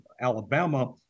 Alabama